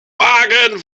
wagen